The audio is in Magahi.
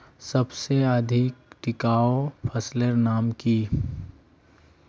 सबसे अधिक टिकाऊ फसलेर नाम की?